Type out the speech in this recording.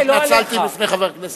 התנצלתי בפני חבר הכנסת,